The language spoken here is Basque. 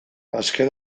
azken